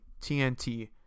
TNT